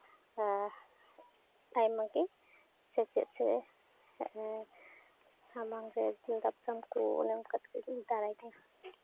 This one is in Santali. ᱟᱭᱢᱟᱜᱮ ᱥᱮᱪᱮᱫ ᱥᱮ ᱥᱟᱢᱟᱝ ᱨᱮ ᱫᱟᱯᱨᱟᱢ ᱠᱚ ᱚᱱᱮ ᱚᱱᱠᱟ ᱛᱮᱜᱮ ᱠᱚ ᱫᱟᱨᱟᱭ ᱠᱟᱱᱟ